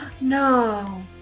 No